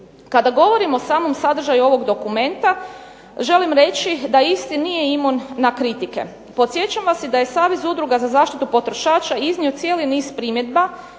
Kada govorim o samom sadržaju ovog dokumenta želim reći da isti nije imun na kritike. Podsjećam vas i da je Savez udruga za zaštitu potrošača iznio cijeli niz primjedba